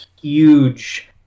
huge